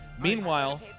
Meanwhile